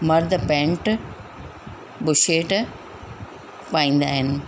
मर्द पैंट बुशेट पाईंदा आहिनि